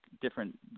different